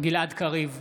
גלעד קריב,